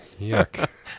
yuck